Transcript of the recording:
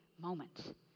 moment